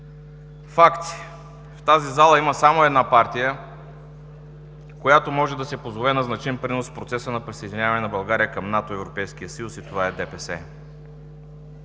Факти: в тази зала има само една партия, която може да се позове на значим принос в процеса на присъединяване на България към НАТО и Европейския съюз и това е ДПС.